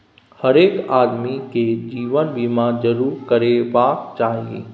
हरेक आदमीकेँ जीवन बीमा जरूर करेबाक चाही